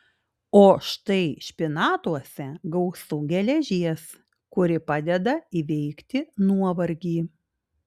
o štai špinatuose gausu geležies kuri padeda įveikti nuovargį